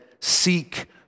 seek